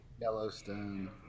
Yellowstone